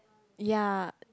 ya